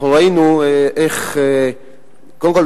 קודם כול,